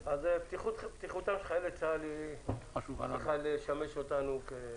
אז בטיחותם של חיילי צה"ל צריכה לשמש אותנו.